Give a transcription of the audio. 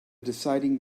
deciding